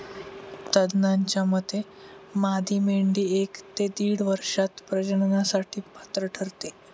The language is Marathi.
तज्ज्ञांच्या मते मादी मेंढी एक ते दीड वर्षात प्रजननासाठी पात्र ठरते